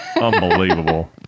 unbelievable